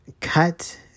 cut